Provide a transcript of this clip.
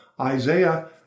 Isaiah